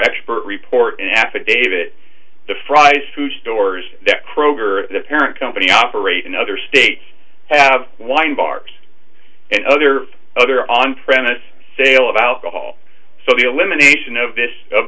expert report an affidavit the fried food stores that kroger the parent company operate in other states have wine bars and other other on premise sale of alcohol so you elimination of this